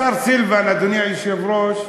השר סילבן, אדוני היושב-ראש,